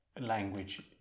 language